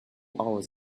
hours